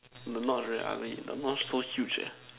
the knots very ugly the knots so huge eh